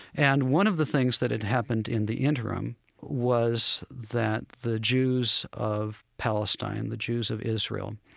and one of the things that had happened in the interim was that the jews of palestine, the jews of israel,